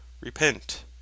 Repent